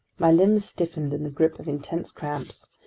my limbs stiffened in the grip of intense cramps.